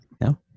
No